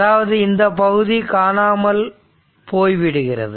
அதாவது இந்த பகுதி காணாமல் போய்விடுகிறது